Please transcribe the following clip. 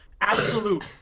Absolute